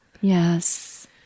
Yes